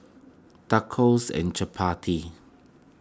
Tacos and Chapati